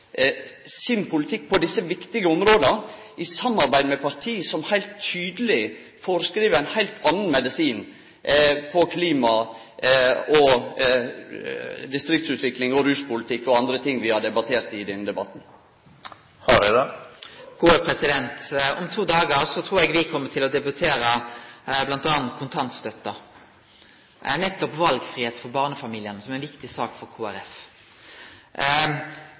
sin politikk på desse viktige områda i samarbeid med parti som heilt tydeleg skriv ut ein heilt annan medisin for klima, distriktsutvikling og ruspolitikk og andre ting vi har debattert i dag. Om to dagar trur eg me kjem til å debattere bl.a. kontantstøtta, nettopp valfridom for barnefamiliane, som er ei viktig sak for